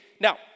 Now